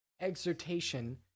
exhortation